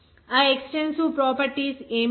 ఆ extensive properties ఏమిటి